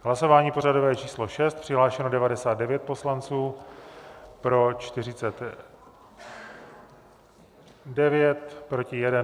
Hlasování pořadové číslo 6, přihlášeno 99 poslanců, pro 49, proti 1.